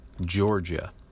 georgia